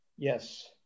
Yes